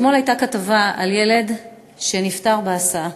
אתמול הייתה כתבה על ילד שנפטר בהסעה,